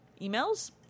Emails